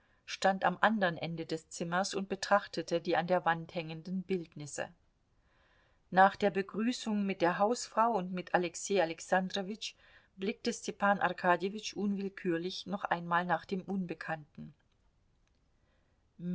stand am anderen ende des zimmers und betrachtete die an der wand hängenden bildnisse nach der begrüßung mit der hausfrau und mit alexei alexandrowitsch blickte stepan arkadjewitsch unwillkürlich noch einmal nach dem unbekannten